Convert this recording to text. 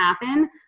happen